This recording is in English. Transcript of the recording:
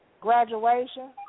Graduation